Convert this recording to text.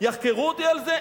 יחקרו אותי על זה?